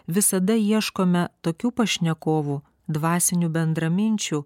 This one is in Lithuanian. visada ieškome tokių pašnekovų dvasinių bendraminčių